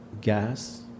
gas